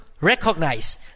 recognize